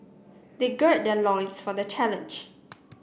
they gird their loins for the challenge